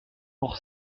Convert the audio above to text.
pour